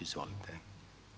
Izvolite.